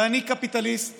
אני קפיטליסט